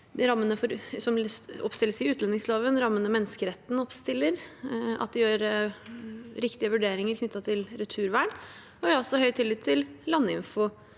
rammene som oppstilles i utlendingsloven, rammene menneskerettene oppstiller, og at de gjør riktige vurderinger knyttet til returvern. Jeg har også høy tillit til Landinfo